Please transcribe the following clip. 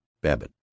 Babbitt